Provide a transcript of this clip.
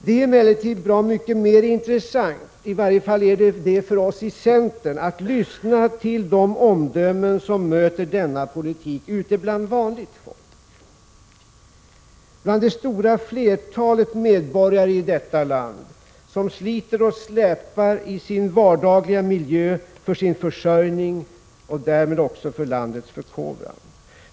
Det är emellertid bra mycket mer intressant, i varje fall för oss i centern, att lyssna till de omdömen som möter denna politik ute bland vanligt folk, bland det stora flertalet medborgare i detta land som sliter och släpar i vardaglig miljö för sin försörjning och därmed också för landets förkovran.